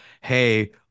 hey